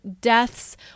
deaths